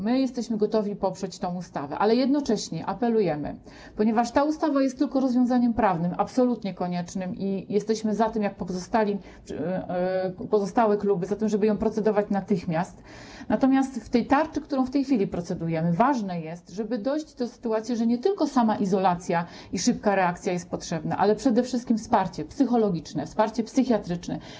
My jesteśmy gotowi poprzeć tę ustawę, ale jednocześnie apelujemy - ponieważ ta ustawa jest tylko rozwiązaniem prawnym absolutnie koniecznym i jesteśmy, tak jak pozostałe kluby, za tym, żeby nad nią procedować natychmiast - że w tarczy, nad którą w tej chwili procedujemy, ważne jest, żeby dojść do sytuacji, że nie tylko sama izolacja i szybka reakcja jest potrzebna, ale przede wszystkim wsparcie psychologiczne, wsparcie psychiatryczne.